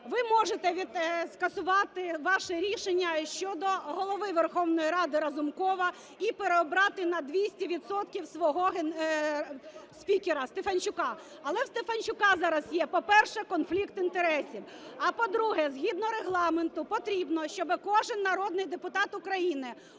Ви можете скасувати ваше рішення щодо Голови Верховної Ради Разумкова і переобрати на 200 відсотків свого спікера – Стефанчука. Але у Стефанчука зараз є, по-перше, конфлікт інтересів. А по-друге, згідно Регламенту потрібно, щоб кожен народний депутат України